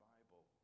Bible